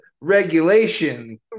regulation